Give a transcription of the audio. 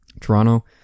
Toronto